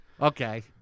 Okay